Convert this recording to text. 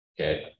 okay